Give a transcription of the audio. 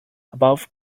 above